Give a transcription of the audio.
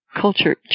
culture